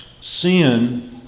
Sin